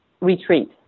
retreat